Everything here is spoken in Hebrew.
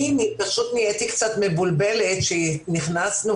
אני פשוט נהייתי קצת מבולבלת כשנכנסנו